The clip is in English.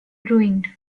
ruined